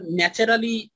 naturally